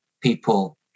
people